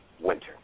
winter